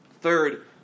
Third